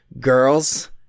girls